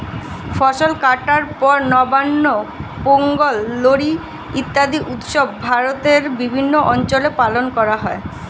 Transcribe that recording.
ফসল কাটার পর নবান্ন, পোঙ্গল, লোরী ইত্যাদি উৎসব ভারতের বিভিন্ন অঞ্চলে পালন করা হয়